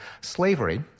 slavery